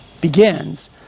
begins